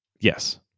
Yes